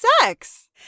sex